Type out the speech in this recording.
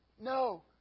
No